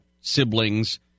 siblings